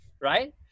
right